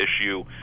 issue